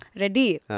Ready